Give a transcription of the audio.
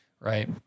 right